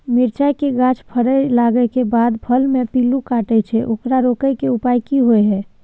मिरचाय के गाछ फरय लागे के बाद फल में पिल्लू काटे छै ओकरा रोके के उपाय कि होय है?